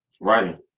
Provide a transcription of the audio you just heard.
Writing